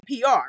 PR